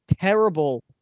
terrible